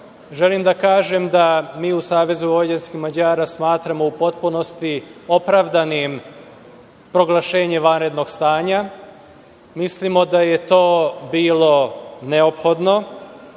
želim da kažem da mi u SVM smatramo u potpunosti opravdanim proglašenje vanrednog stanja. Mislimo da je to bilo neophodno,